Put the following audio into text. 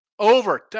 Over